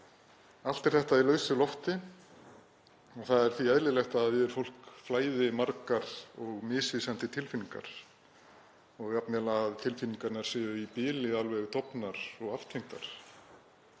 Allt er þetta í lausu lofti. Það er því eðlilegt að yfir fólk flæði margar og misvísandi tilfinningar og jafnvel að tilfinningarnar séu í bili alveg dofnar og aftengdar.